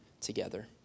together